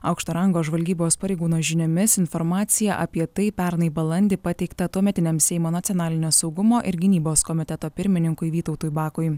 aukšto rango žvalgybos pareigūno žiniomis informacija apie tai pernai balandį pateikta tuometiniam seimo nacionalinio saugumo ir gynybos komiteto pirmininkui vytautui bakui